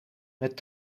met